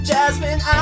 Jasmine